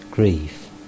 grief